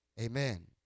amen